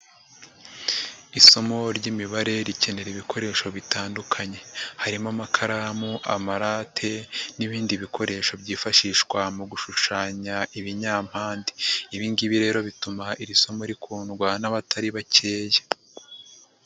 Isomo ry'imibare rikenera ibikoresho bitandukanye, harimo; amakaramu, amarate, n'ibindi bikoresho byifashishwa mu gushushanya ibinyampande. Ibi ngibi rero bituma iri somo rikundwa n'abatari bakeya.